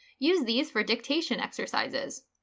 use these for dictation exercises.